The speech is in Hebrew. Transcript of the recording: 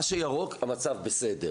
מה שבצבע ירוק, המצב בסדר.